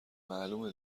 معلومه